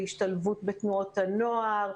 בהשתלבות בתנועות הנוער,